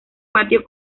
patio